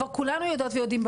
כבר כולנו יודעות ויודעים,